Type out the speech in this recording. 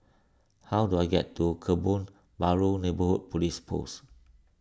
how do I get to Kebun Baru Neighbourhood Police Post